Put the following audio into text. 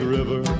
River